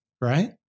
right